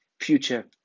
future